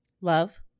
love